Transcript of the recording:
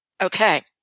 Okay